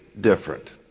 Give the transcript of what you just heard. different